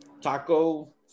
taco